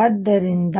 ಆದ್ದರಿಂದ